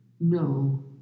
No